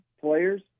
players